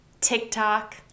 TikTok